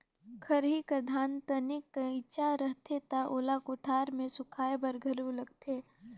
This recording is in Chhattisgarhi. खरही कर धान तनिक कइंचा रथे त ओला कोठार मे सुखाए बर घलो लगथे